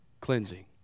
cleansing